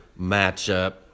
matchup